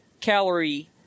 calorie